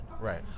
Right